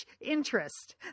interest